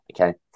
okay